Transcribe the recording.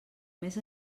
més